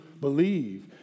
believe